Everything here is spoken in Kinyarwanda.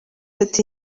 ati